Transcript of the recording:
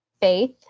faith